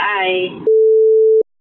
Bye